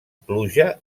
pluja